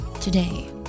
today